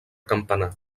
campanar